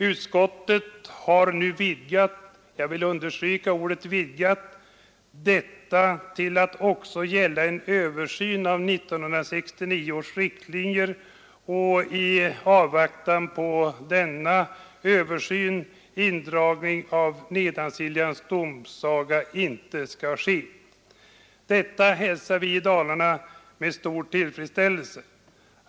Utskottet har nu vidgat — jag vill understryka ordet vidgat — detta förslag till att också gälla en översyn av 1969 års riktlinjer och att i avvaktan på denna översyn indragning av Nedansiljans tingsrätt inte skall ske. Denna inställning hos utskottet hälsas i Dalarna med stor tillfredsställelse.